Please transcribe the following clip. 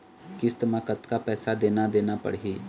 किस्त म कतका पैसा देना देना पड़ही?